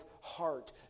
heart